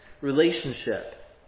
relationship